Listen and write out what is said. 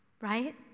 right